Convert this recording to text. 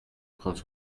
prendre